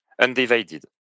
undivided